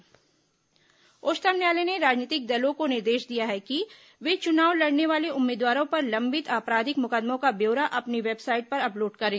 supreme court उम्मीदवार ब्यौरा उच्चतम न्यायालय ने राजनीतिक दलों को निर्देश दिया है कि वे चुनाव लड़ने वाले उम्मीदवारों पर लम्बित आपराधिक मुकदमों का ब्यौरा अपनी वेबसाइट पर अपलोड करें